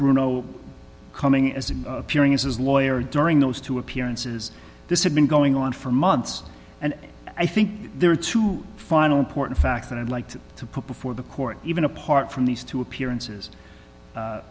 bruno coming as appearing as his lawyer during those two appearances this had been going on for months and i think there are two final important fact that i'd like to put before the court even apart from these two appearances